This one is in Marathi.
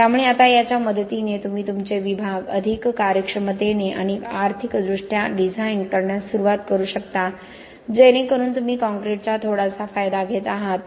त्यामुळे आता याच्या मदतीने तुम्ही तुमचे विभाग अधिक कार्यक्षमतेने आणि अधिक आर्थिकदृष्ट्या डिझाइन करण्यास सुरुवात करू शकता जेणेकरून तुम्ही काँक्रीटचा थोडासा फायदा घेत आहात